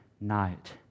night